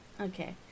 Okay